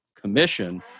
commission